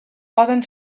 poden